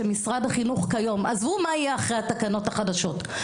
שמשרד החינוך כיום - עזבו מה יהיה אחרי התקנות החדשות.